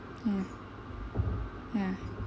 yes ya